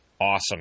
Awesome